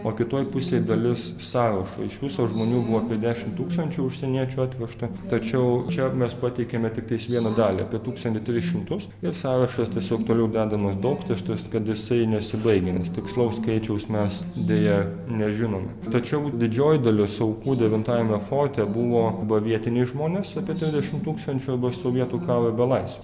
o kitoj pusėj dalis sąrašo iš viso žmonių buvo apie dešim tūkstančių užsieniečių atvežta tačiau čia mes pateikiame tiktais vieną dalį apie tūkstantį tris šimtus ir sąrašas tiesiog toliau dedamas daugtaškis kad jisai nesibaigiantis tikslaus skaičiaus mes deja nežinome tačiau didžioji dalis aukų devintajame forte buvo vietiniai žmonės apie trisdešimt tūkstančių arba sovietų karo belaisvių